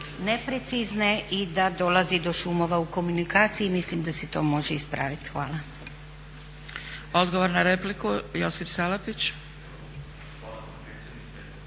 neprecizne i da dolazi do šumova u komunikaciji, mislim da se to može ispraviti. Hvala. **Zgrebec, Dragica